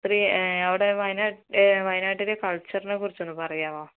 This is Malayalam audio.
അപ്പോൾ ഈ അവിടെ വയനാട്ടിലെ കള്ച്ചറിനെക്കുറിച്ച് ഒന്ന് പറയാമോ